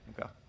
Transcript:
Okay